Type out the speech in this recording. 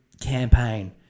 campaign